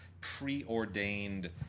preordained